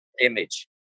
image